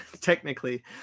technically